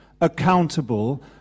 accountable